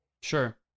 sure